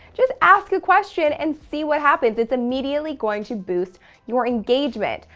just ask a question and see what happens. it's immediately going to boost your engagement.